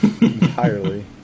entirely